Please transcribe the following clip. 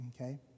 okay